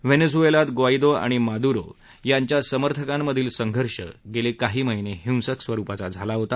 व्हेनेझुएलात Guaido आणि Maduro यांच्या समर्थकांमधील संघर्ष गेले काही महिने हिंसक स्वरुपाचा झाला होता